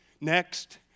Next